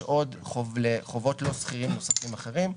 יש עוד חובות לא סחירים נוספים אחרים,